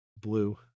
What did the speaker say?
blue